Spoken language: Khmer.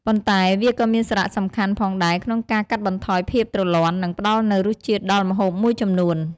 ប៉ុន្តែវាក៏មានសារៈសំខាន់ផងដែរក្នុងការកាត់បន្ថយភាពទ្រលាន់ និងផ្តល់នូវរសជាតិដល់ម្ហូបមួយចំនួន។